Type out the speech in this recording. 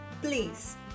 Please